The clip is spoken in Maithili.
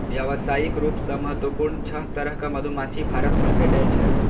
व्यावसायिक रूप सं महत्वपूर्ण छह तरहक मधुमाछी भारत मे भेटै छै